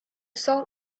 salt